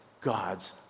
God's